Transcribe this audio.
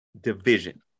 division